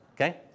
okay